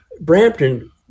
Brampton